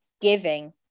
giving